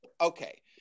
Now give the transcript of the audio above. Okay